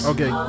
Okay